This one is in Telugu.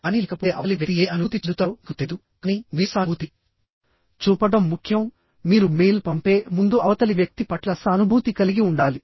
కానీ లేకపోతే అవతలి వ్యక్తి ఏమి అనుభూతి చెందుతాడో మీకు తెలియదు కానీ మీరు సానుభూతి చూపడం ముఖ్యం మీరు మెయిల్ పంపే ముందు అవతలి వ్యక్తి పట్ల సానుభూతి కలిగి ఉండాలి